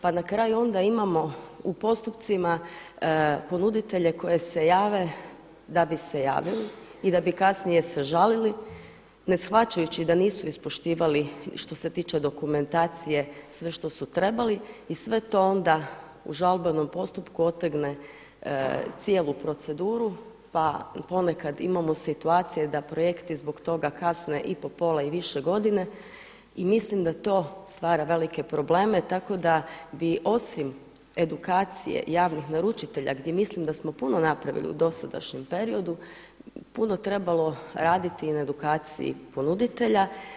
Pa na kraju onda imamo u postupcima ponuditelje koji se jave da bi se javili i da bi kasnije se žalili ne shvaćajući da nisu ispoštivali što se tiče dokumentacije sve što su trebali i sve to onda u žalbenom postupku otegne cijelu proceduru pa ponekad imamo situacije da projekti zbog toga kasne i po pola i više godine, i mislim da to stvara velike probleme tako da bi osim edukacije javnih naručitelja gdje mislim da smo puno napravili u dosadašnjem periodu, puno trebalo raditi i na edukaciji ponuditelja.